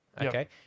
okay